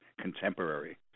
contemporary